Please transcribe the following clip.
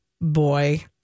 boy